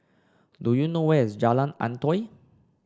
do you know where is Jalan Antoi